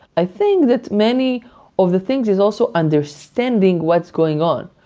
i think that many of the things is also understanding what's going on.